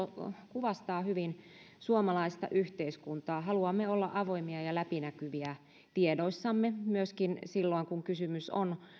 kuvastaa hyvin suomalaista yhteiskuntaa haluamme olla avoimia ja läpinäkyviä tiedoissamme myöskin silloin kun kysymys on